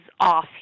off